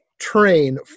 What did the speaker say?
train